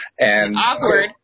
Awkward